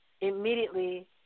immediately